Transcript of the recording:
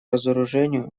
разоружению